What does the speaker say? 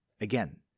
Again